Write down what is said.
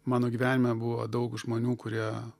mano gyvenime buvo daug žmonių kurie